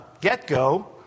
get-go